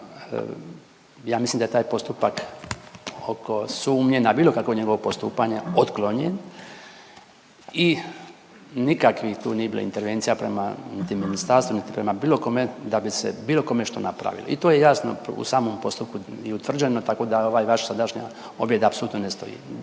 ja mislim da je taj postupak oko sumnje na bilo kakvo njegovo postupanje otklonjen i nikakvih tu nije bilo intervencija prema niti ministarstvu niti prema bilo kome da bi se kome što napravilo. I to je jasno u samom postupku i utvrđeno tako da ova vaša sadašnja objeda apsolutno ne stoji.